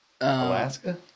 Alaska